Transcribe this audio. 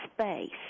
space